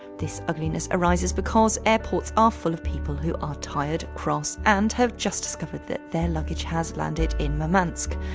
this ugliness arises because airports are full of people who are tired, cross, and have just discovered that their luggage has landed in murmansk.